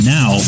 Now